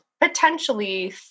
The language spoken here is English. potentially